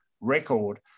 record